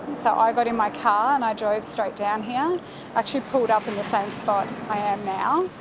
and so i got in my car and i drove straight down here. i actually pulled up in the same spot i am now.